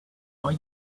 are